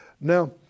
Now